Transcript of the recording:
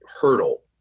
hurdle